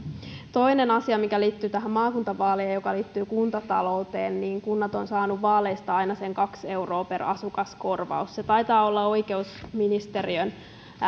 toinen asia joka liittyy näihin maakuntavaaleihin ja joka liittyy kuntatalouteen on se että kunnat ovat saaneet vaaleista aina sen kaksi euroa per asukas korvausta se taitaa olla oikeusministeriön